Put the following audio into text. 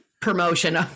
promotion